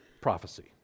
prophecy